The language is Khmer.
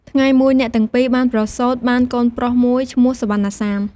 ថ្ងៃមួយ អ្នកទាំងពីរបានប្រសូតបានកូនប្រុសមួយឈ្មោះ សុវណ្ណសាម។